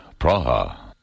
Praha